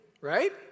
right